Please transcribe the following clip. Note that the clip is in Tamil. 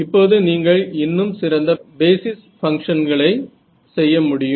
இப்போது நீங்கள் இன்னும் சிறந்த பேசிஸ் பங்ஷன்களை செய்ய முடியும்